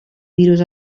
virus